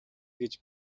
гэж